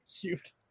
cute